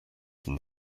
than